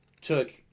took